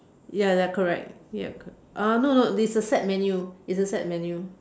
ya they are correct ya uh no no it's a set menu it's a set menu